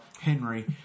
Henry